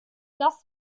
das